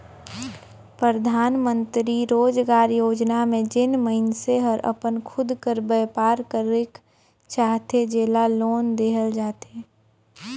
परधानमंतरी रोजगार योजना में जेन मइनसे हर अपन खुद कर बयपार करेक चाहथे जेला लोन देहल जाथे